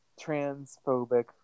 transphobic